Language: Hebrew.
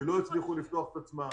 שלא הצליחו לפתוח את עצמם,